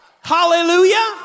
Hallelujah